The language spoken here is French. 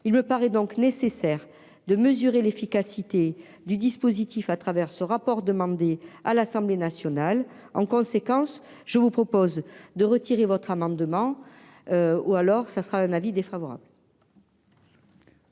il me paraît donc nécessaire de mesurer l'efficacité du dispositif à travers ce rapport demandé à l'Assemblée nationale, en conséquence, je vous propose de retirer votre amendement ou alors ça sera un avis défavorable.